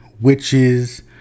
witches